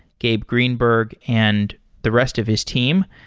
gabe greenberg, and the rest of his team.